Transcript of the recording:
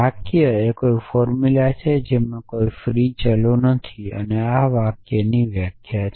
વાક્ય એ કોઈ ફોર્મુલા છે જેમાં કોઈ ફ્રી ચલો નથી આ વાક્યની વ્યાખ્યા છે